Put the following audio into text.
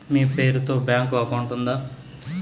మీ పేరు తో bank account ఉందా?